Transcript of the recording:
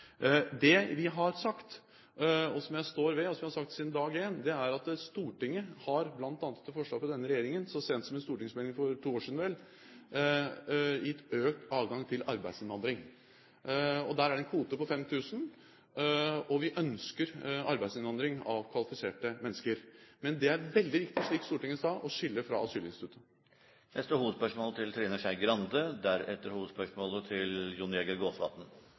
vi har sagt, og som jeg står ved, og som jeg har sagt siden dag én, er at Stortinget, bl.a. etter forslag fra denne regjeringen så sent som i en stortingsmelding for to år siden, har gitt økt adgang til arbeidsinnvandring. Der er det en kvote på 5 000, og vi ønsker arbeidsinnvandring av kvalifiserte mennesker. Men dette er det veldig viktig, slik Stortinget sa, å skille fra asylinstituttet. Vi går videre til neste hovedspørsmål.